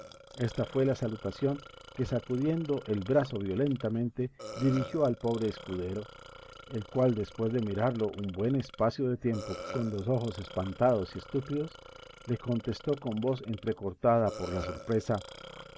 ésta fue la salutación que sacudiéndole el brazo violentamente dirigió al pobre escudero el cual después de mirarlo un buen espacio de tiempo con los ojos espantados y estúpidos le contestó con voz entrecortada por la sorpresa en